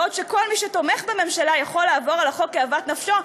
בעוד כל מי שתומך בממשלה יכול לעבור על החוק כאוות נפשו,